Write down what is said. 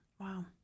Wow